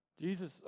Jesus